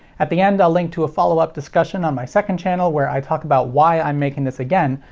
at the end, i'll link to a follow up discussion on my second channel where i talk about why i'm making this again.